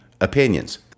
opinions